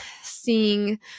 seeing